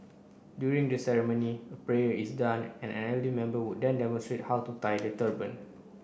during the ceremony a prayer is done and an elderly member would then demonstrate how to tie the turban